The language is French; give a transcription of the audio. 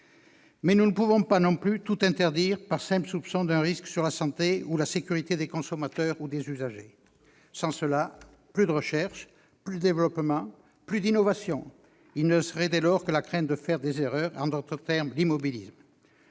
nous ne pouvons pas non plus tout interdire sur le simple soupçon d'un risque pour la santé ou la sécurité des consommateurs ou usagers. Sinon, plus de recherche, plus de développement, plus d'innovation ! Il ne resterait alors que la crainte de faire des erreurs, ce qu'on appelle en d'autres termes l'immobilisme.